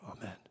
Amen